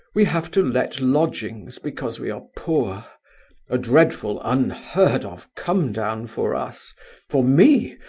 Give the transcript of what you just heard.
we have to let lodgings because we are poor a dreadful, unheard-of come-down for us for me,